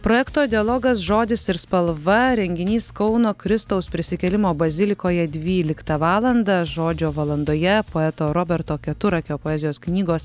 projekto dialogas žodis ir spalva renginys kauno kristaus prisikėlimo bazilikoje dvyliktą valandą žodžio valandoje poeto roberto keturakio poezijos knygos